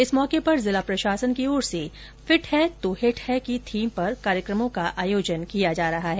इस मौके पर जिला प्रशासन की ओर से फिट है तों हिट है की थीम पर कार्यक्रमों का आयोजन किया जा रहा है